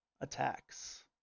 attacks